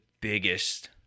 biggest